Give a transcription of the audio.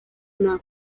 nta